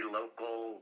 local